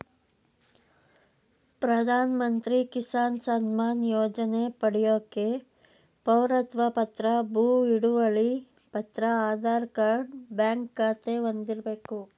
ಪ್ರಧಾನಮಂತ್ರಿ ಕಿಸಾನ್ ಸಮ್ಮಾನ್ ಯೋಜನೆ ಪಡ್ಯೋಕೆ ಪೌರತ್ವ ಪತ್ರ ಭೂ ಹಿಡುವಳಿ ಪತ್ರ ಆಧಾರ್ ಕಾರ್ಡ್ ಬ್ಯಾಂಕ್ ಖಾತೆ ಹೊಂದಿರ್ಬೇಕು